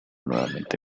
nuevamente